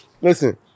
listen